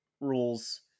rules